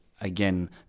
again